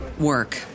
work